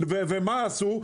ומה עשו?